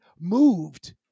moved